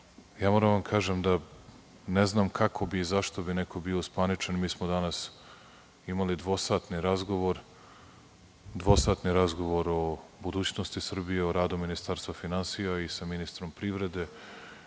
moram da vam kažem da ne znam kako bi i zašto bi neko bio uspaničen. Mi smo danas imali dvosatni razgovor, dvosatni razgovor o budućnosti Srbije, o radu Ministarstva finansija, i sa ministrom privrede